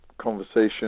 conversation